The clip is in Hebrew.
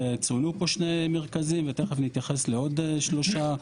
וצוינו פה שני מרכזים ותכף נתייחס לעוד שלושה,